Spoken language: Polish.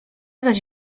zaś